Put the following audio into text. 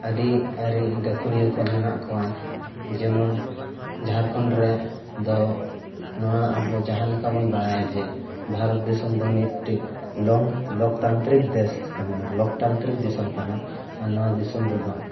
ᱟᱹᱰᱤ ᱟᱹᱨᱤ ᱜᱟᱠᱷᱩᱲᱤᱭᱟᱹ ᱠᱚ ᱢᱮᱱᱟᱜ ᱠᱚᱣᱟ ᱡᱮᱢᱚᱱ ᱡᱷᱟᱨᱠᱷᱚᱸᱰ ᱨᱮ ᱫᱚ ᱱᱚᱣᱟ ᱟᱵᱚ ᱡᱟᱦᱟᱸ ᱞᱮᱠᱟ ᱵᱚᱱ ᱵᱟᱲᱟᱭᱟ ᱡᱮ ᱵᱷᱟᱨᱚᱛ ᱫᱤᱥᱚᱢ ᱫᱚ ᱢᱤᱫᱴᱟᱝ ᱞᱚᱝ ᱞᱳᱠᱛᱟᱱᱛᱨᱤᱠ ᱫᱮᱥ ᱠᱟᱱᱟ ᱞᱳᱠᱛᱟᱱᱛᱨᱤᱠ ᱫᱤᱥᱚᱢ ᱠᱟᱱᱟ ᱟᱨ ᱱᱚᱣᱟ ᱫᱤᱥᱚᱢ ᱨᱮᱫᱚ